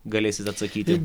galėsit atsakyti